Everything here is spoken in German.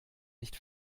nicht